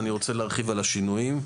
אני רוצה להרחיב על השינויים.